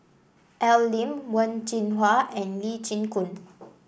Al Lim Wen Jinhua and Lee Chin Koon